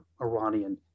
Iranian